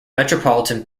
metropolitan